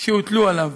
שהוטלו עליו.